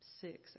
six